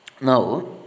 Now